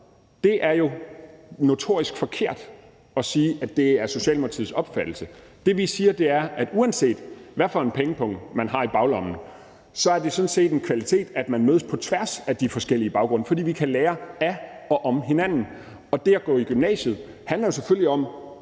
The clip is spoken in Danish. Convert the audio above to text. Det er jo notorisk forkert at sige, at det er Socialdemokratiets opfattelse. Det, vi siger, er, at uanset hvad for en pengepung man har i baglommen, er det sådan set en kvalitet, at man mødes på tværs af de forskellige baggrunde, fordi man kan lære af og om hinanden. Det at gå i gymnasiet handler selvfølgelig om